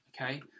okay